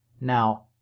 Now